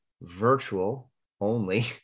virtual-only